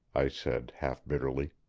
i said half-bitterly.